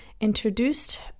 introduced